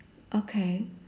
okay